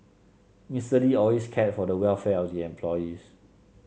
Mister Lee always cared for the welfare of the employees